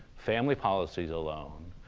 family policies alone,